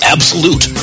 Absolute